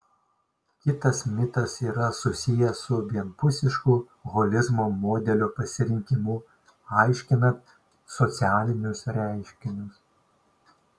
kitas mitas yra susijęs su vienpusišku holizmo modelio pasirinkimu aiškinant socialinius reiškinius